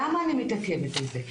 למה אני מתמקדת בזה,